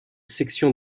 section